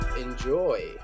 enjoy